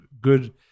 good